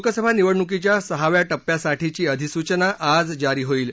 लोकसभा निवडणुकीच्या सहाव्या टप्प्यासाठीची अधिसूचना आज जारी होईल